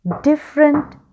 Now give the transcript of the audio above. different